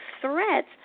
threats